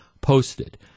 posted